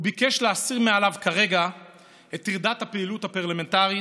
הוא ביקש להסיר מעליו כרגע את טרדת הפעילות הפרלמנטרית,